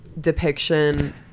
depiction